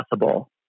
possible